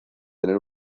tener